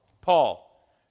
Paul